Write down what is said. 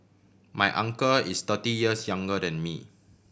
my uncle is thirty years younger than me